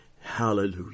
Hallelujah